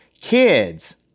kids